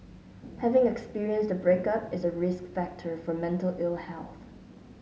having experienced a breakup is a risk factor for mental ill health